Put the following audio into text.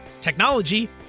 technology